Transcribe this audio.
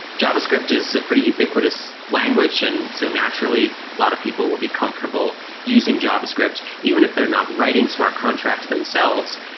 javascript is a pretty ubiquitous language, and so naturally a lot of people will be comfortable using javascript. even if they're not writing smart contracts themselves,